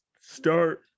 start